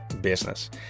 business